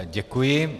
Děkuji.